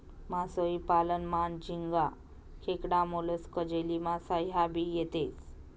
मासोई पालन मान, मासा, झिंगा, खेकडा, मोलस्क, जेलीमासा ह्या भी येतेस